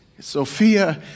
Sophia